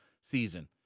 season